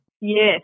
Yes